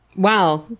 wow.